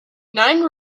nine